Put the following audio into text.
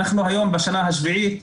אנחנו היום בשנה השביעית.